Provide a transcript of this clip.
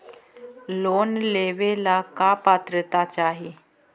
Loan लेवेला का पात्रता चाही?